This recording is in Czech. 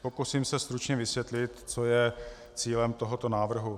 Pokusím se stručně vysvětlit, co je cílem návrhu.